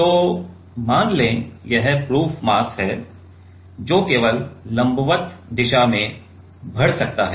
तो मान लें कि यह प्रूफ मास है जो केवल लंबवत दिशा में बढ़ सकता है